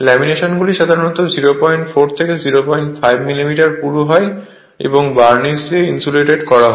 ল্যামিনেশনগুলি সাধারণত 04 থেকে 05 মিলিমিটার পুরু হয় এবং বার্নিশ দিয়ে ইনসুলেট করা হয়